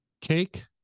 Cake